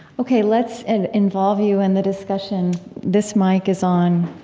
ok. let's and involve you in the discussion. this mic is on,